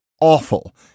awful